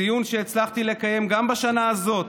ציון שהצלחתי לקיים גם בשנה הזאת,